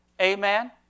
Amen